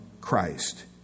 Christ